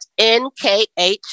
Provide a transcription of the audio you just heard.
NKH